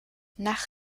nach